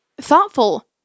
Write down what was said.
thoughtful